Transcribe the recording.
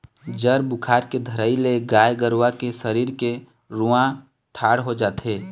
जर बुखार के धरई ले गाय गरुवा के सरीर के रूआँ ठाड़ हो जाथे